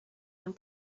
and